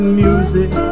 music